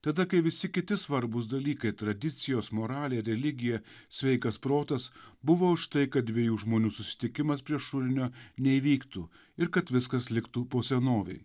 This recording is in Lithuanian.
tada kai visi kiti svarbūs dalykai tradicijos moralė religija sveikas protas buvo už tai kad dviejų žmonių susitikimas prie šulinio neįvyktų ir kad viskas liktų po senovei